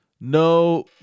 no